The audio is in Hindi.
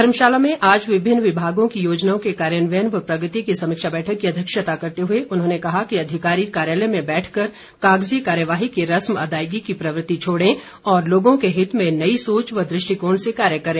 धर्मशाला में आज विभिन्न विभागों की योजनाओं के कार्यान्वयन व प्रगति की समीक्षा बैठक की अध्यक्षता करते हुए उन्होंने कहा कि अधिकारी कार्यालय में बैठकर कागजी कार्यवाही की रसम अदायगी की प्रवृति छोड़े और लोगों के हित में नई सोच दृष्टिकोण से कार्य करें